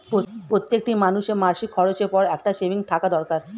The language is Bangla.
প্রত্যেকটি মানুষের মাসিক খরচের পর একটা সেভিংস থাকা দরকার